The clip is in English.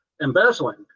embezzling